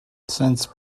since